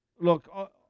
Look